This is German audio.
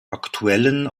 aktuellen